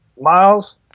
Miles